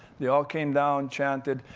they all came down, chanted.